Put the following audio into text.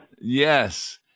Yes